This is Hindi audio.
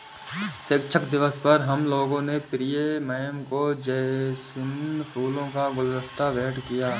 शिक्षक दिवस पर हम लोगों ने प्रिया मैम को जैस्मिन फूलों का गुलदस्ता भेंट किया